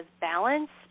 balanced